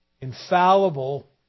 Infallible